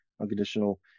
unconditional